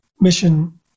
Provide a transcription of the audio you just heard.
mission